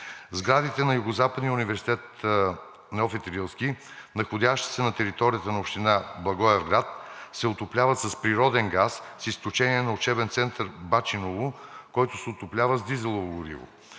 Сградите на Югозападния университет „Неофит Рилски“, находящи се на територията на община Благоевград, се отопляват с природен газ, с изключение на Учебен център „Бачиново“, който се отоплява с дизелово гориво.